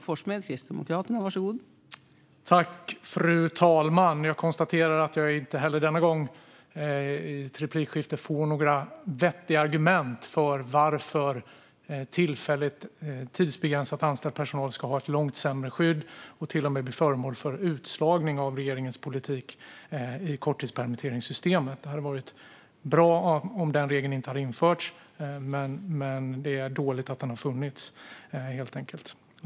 Fru talman! Jag konstaterar att jag inte heller denna gång i ett replikskifte får några vettiga argument för att tidsbegränsat anställd personal ska ha ett långt sämre skydd och till och med ska kunna bli föremål för utslagning av regeringens politik i korttidspermitteringssystemet. Det hade varit bra om den regeln inte hade införts. Det är dåligt att den har funnits, helt enkelt.